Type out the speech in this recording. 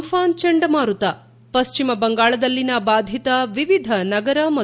Amphan ಚಂಡಮಾರುತ ಪಶ್ಚಿಮ ಬಂಗಾಳದಲ್ಲಿನ ಬಾಧಿತ ವಿವಿಧ ನಗರ ಮತ್ತು